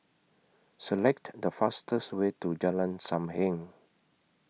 Select The fastest Way to Jalan SAM Heng